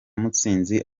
mutsinzi